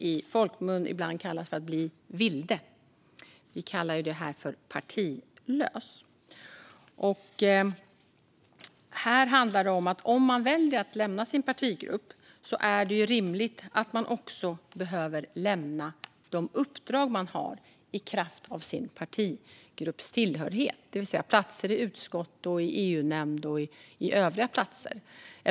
I folkmun kallas det ibland att bli vilde; här kallar vi det partilös. Om man väljer att lämna sin partigrupp är det rimligt att man också behöver lämna de uppdrag man har i kraft av sin partigruppstillhörighet, det vill säga platser i utskott, EU-nämnd och annat.